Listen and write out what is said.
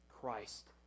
Christ